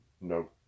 no